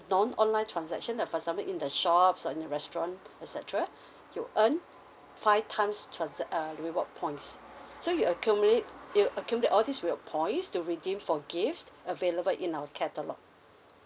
non online transaction like for example in the shops or in the restaurant et cetera you earn five times transact~ um reward points so you accumulate you accumulate all these rewards points to redeem for gifts available in our catalogue